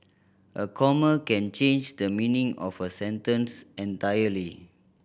a comma can change the meaning of a sentence entirely